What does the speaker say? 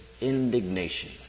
indignation